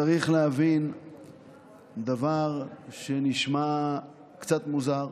צריך להבין דבר שנשמע קצת מוזר,